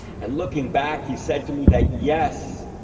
and looking back, he said to me that, yes,